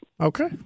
Okay